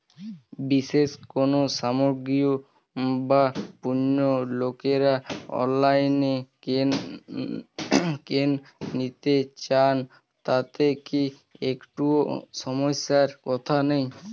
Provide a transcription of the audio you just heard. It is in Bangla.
বিশেষ কোনো সামগ্রী বা পণ্য লোকেরা অনলাইনে কেন নিতে চান তাতে কি একটুও সমস্যার কথা নেই?